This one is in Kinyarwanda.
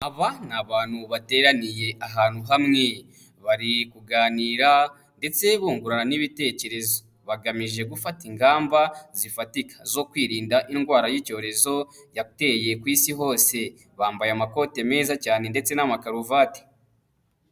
Aba ni abantu bateraniye ahantu hamwe, bari kuganira ndetse bungurana n'ibitekerezo bagamije gufata ingamba zifatika zo kwirinda indwara y'icyorezo yateye ku Isi hose, bambaye amakote meza cyane ndetse n'amakaruvati.